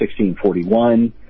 1641